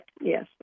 Yes